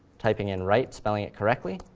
typing in right, spelling it correctly,